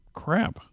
crap